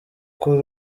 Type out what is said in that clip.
kuri